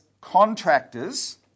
contractors